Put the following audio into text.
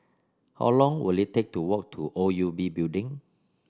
how long will it take to walk to O U B Building